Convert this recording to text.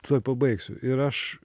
tuoj pabaigsiu ir aš